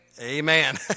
Amen